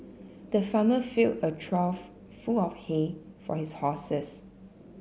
the farmer filled a trough full of hay for his horses